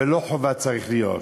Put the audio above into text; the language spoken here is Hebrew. ולא צריך להיות חובה,